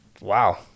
wow